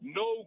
no